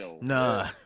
Nah